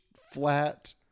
flat